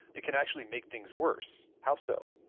it can actually make things worse. how so?